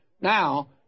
Now